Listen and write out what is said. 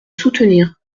soutenir